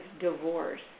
divorce